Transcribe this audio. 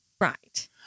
Right